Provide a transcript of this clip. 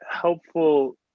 helpful